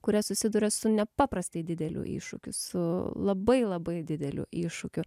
kurie susiduria su nepaprastai dideliu iššūkiu su labai labai dideliu iššūkiu